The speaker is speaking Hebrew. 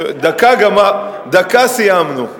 דקה, סיימנו.